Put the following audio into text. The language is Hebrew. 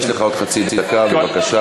יש לך עוד חצי דקה, בבקשה.